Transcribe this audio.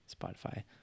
Spotify